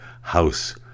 House